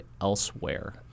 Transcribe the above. elsewhere